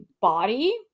body